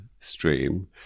stream